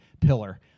pillar